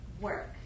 Work